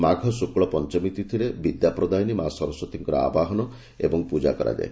ମାଘ ଶୁକ୍ଳ ପଞ୍ଚମୀ ତିଥିରେ ବିଦ୍ୟାପ୍ଦାୟିନୀ ମା' ସରସ୍ନତୀଙ୍କର ଆବାହନ ଏବଂ ପ୍ରଜା କରାଯାଏ